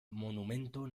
monumento